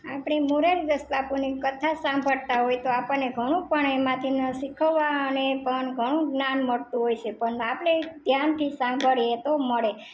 આપણે મોરારીદાસ બાપુની કથા સાંભળતા હોઇ તો આપણને ઘણું પણ એમાંથી શીખવવા અને પણ ઘણું જ્ઞાન મળતું હોય છે પન આપણે એ ધ્યાનથી સાંભળીએ તો મળે